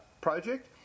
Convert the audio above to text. project